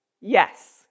yes